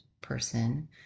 person